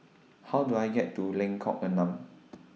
How Do I get to Lengkok Enam